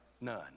None